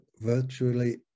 virtually